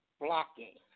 blocking